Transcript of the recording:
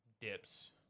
dips